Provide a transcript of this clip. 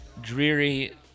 dreary